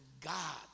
God